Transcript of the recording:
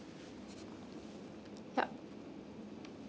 yup